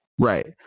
Right